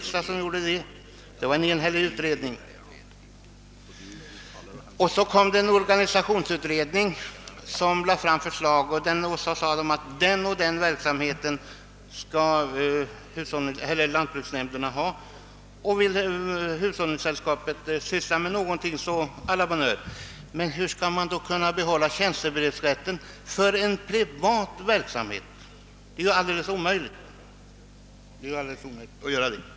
Sedan framlade en organisationsutredning förslag om att lantbruksnämnderna skulle ägna sig åt vissa verksamhetsgrenar, och ville hushållningssällskapen syssla med någonting så å la bonne heure! Hur skall man då kunna behålla tjänstebrevsrätten för en privat verksamhet? Detta är ju alldeles omöjligt.